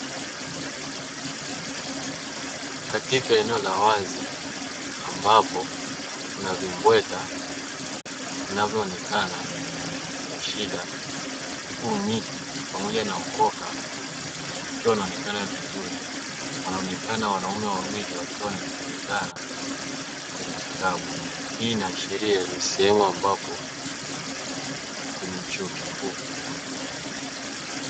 Katika eneo la wazi ambapo kuna vimbweta vinavyoonekana kwa shida huku miti pamoja na ukoka ukiwa unaonekana vizuri, wanaonekana wanaume wawili wakiwa wanaelekezana kwenye kitabu; hii inaashiria ni sehemu ambapo ni kwenye chuo kikuu.